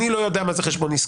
אני לא יודע מה זה חשבון עסקי.